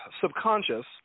subconscious